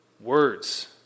words